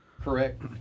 correct